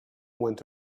went